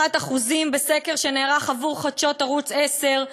בסקר שנערך עבור חדשות ערוץ 10,